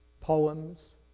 poems